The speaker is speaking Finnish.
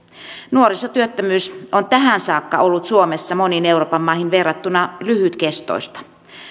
nuorisotyöttömyys on tähän saakka ollut suomessa moniin euroopan maihin verrattuna lyhytkestoista